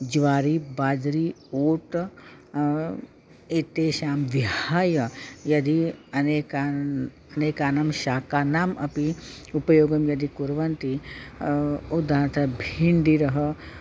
ज्वारि बाजरी ओट् एतेषां विहाय यदि अनेकान् अनेकानां शाकानाम् अपि उपयोगं यदि कुर्वन्ति उदार्तः भीण्डिरः